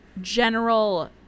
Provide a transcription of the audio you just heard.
General